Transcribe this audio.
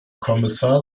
kommissar